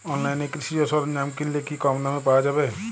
অনলাইনে কৃষিজ সরজ্ঞাম কিনলে কি কমদামে পাওয়া যাবে?